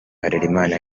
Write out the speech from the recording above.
harerimana